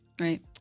Right